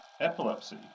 Epilepsy